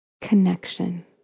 connection